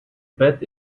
bet